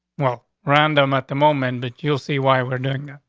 well, random at the moment that you'll see why we're doing that,